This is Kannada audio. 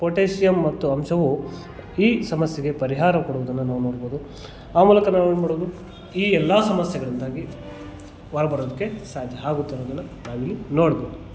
ಪೊಟ್ಯಾಶಿಯಮ್ ಮತ್ತು ಅಂಶವು ಈ ಸಮಸ್ಯೆಗೆ ಪರಿಹಾರ ಕೊಡುವುದನ್ನು ನಾವು ನೋಡ್ಬೋದು ಆ ಮೂಲಕ ನಾವು ಏನು ಮಾಡೋದು ಈ ಎಲ್ಲಾ ಸಮಸ್ಯೆಗಳಿಂದಾಗಿ ಹೊರ ಬರೋದಕ್ಕೆ ಸಾಧ್ಯ ಆಗುತ್ತೆ ಅನ್ನೋದನ್ನು ನಾವಿಲ್ಲಿ ನೋಡ್ಬೋದು